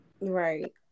right